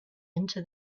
into